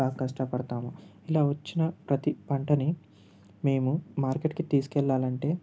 బాగా కష్టపడతాము ఇలా వచ్చిన ప్రతీ పంటని మేము మార్కెట్కి తీసుకెళ్ళాలంటే